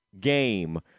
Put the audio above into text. game